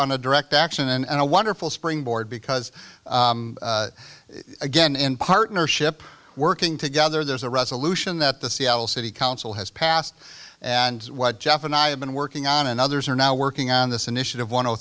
on a direct action and a wonderful springboard because again in partnership working together there's a resolution that the seattle city council has passed and what jeff and i have been working on and others are now working on this initiative one o